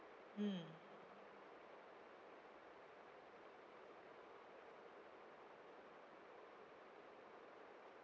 mm